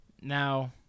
Now